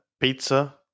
pizza